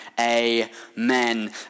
Amen